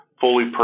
fully